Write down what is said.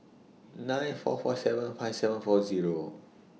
nine four four seven five seven four Zero